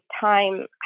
time